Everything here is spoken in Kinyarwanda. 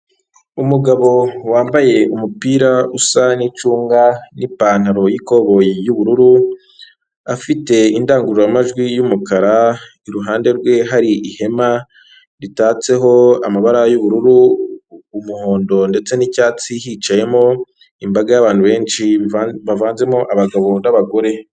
Umugabo wambaye umupira usa n'icunga n'ipantaro y'ikoboyi y'ubururu afite indangururamajwi y'umukara iruhande rwe hari ihema ritatseho amabara y'ubururu, umuhondo, ndetse n'icyatsi hicayemo imbaga y'abantu benshi bavanzemo abagabo n'abagore.